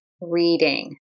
reading